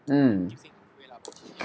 mm